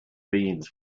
beans